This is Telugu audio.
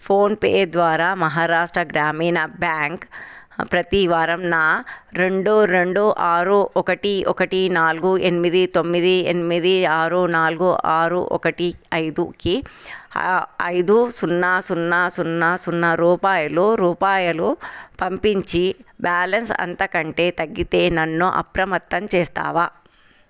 ఫోన్పే ద్వారా మహారాష్ట్ర గ్రామీణ బ్యాంక్ ప్రతీవారం నా రెండు రెండు ఆరు ఒకటి ఒకటి నాలుగు ఎనిమిది తొమ్మిది ఎనిమిది ఆరు నాలుగు ఆరు ఒకటి ఐదు కి ఐదు సున్నా సున్నా సున్నా సున్నా రూపాయలు రూపాయలు పంపించి బ్యాలన్స్ అంతకంటే తగ్గితే నన్ను అప్రమత్తం చేస్తావా